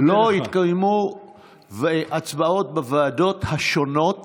לא יתקיימו הצבעות בוועדות השונות